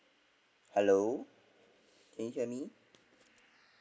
hello can you hear me